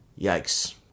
Yikes